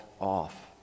off